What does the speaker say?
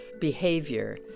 behavior